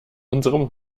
unserem